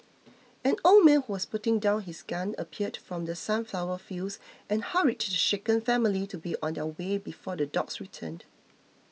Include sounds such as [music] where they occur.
an old man who was putting down his gun appeared from the sunflower fields and hurried [unintelligible] the shaken family to be on their way before the dogs return